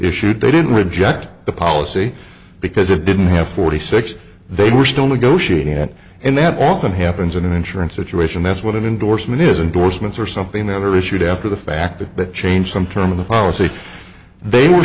issued they didn't reject the policy because it didn't have forty six they were still negotiating it and that often happens in an insurance situation that's what indorsement is indorsements or something that are issued after the fact that but change some term of the policy they were